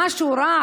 משהו רע.